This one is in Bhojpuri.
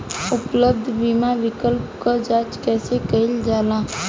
उपलब्ध बीमा विकल्प क जांच कैसे कइल जाला?